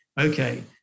okay